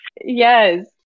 Yes